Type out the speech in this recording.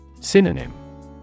Synonym